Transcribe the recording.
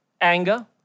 anger